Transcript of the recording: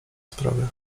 sprawy